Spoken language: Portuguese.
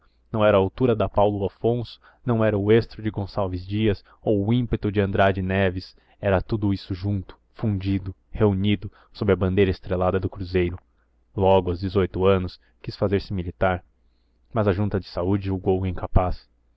não era a altura da paulo afonso não era o estro de gonçalves dias ou o ímpeto de andrade neves era tudo isso junto fundido reunido sob a bandeira estrelada do cruzeiro logo aos dezoito anos quis fazer-se militar mas a junta de saúde julgou o incapaz